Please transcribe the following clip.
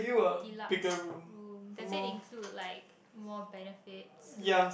deluxe room does it include like more benefit like